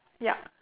ya